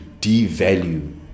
devalue